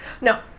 No